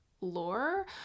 lore